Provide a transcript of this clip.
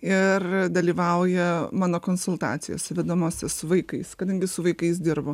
ir dalyvauja mano konsultacijose vedamose su vaikais kadangi su vaikais dirbu